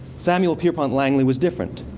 samuel pierpont langley was different.